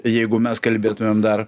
jeigu mes kalbėtumėm dar